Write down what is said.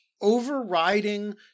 overriding